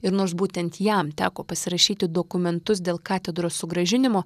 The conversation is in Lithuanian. ir nors būtent jam teko pasirašyti dokumentus dėl katedros sugrąžinimo